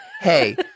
hey